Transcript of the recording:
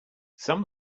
some